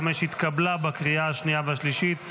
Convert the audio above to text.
התקבלה בקריאה השנייה והשלישית,